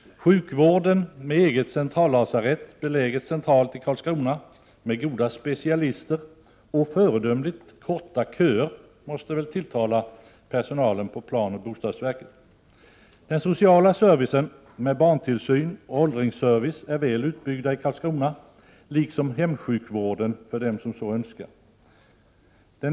Sjukvården, med eget centrallasarett beläget centralt i Karlskrona, med goda specialister och föredömligt korta köer, måste väl tilltala personalen på planoch bostadsverket. Den sociala servicen, med barntillsyn och åldringsservice, är väl utbyggd i Karlskrona, liksom hemsjukvården, för dem som önskar utnyttja den.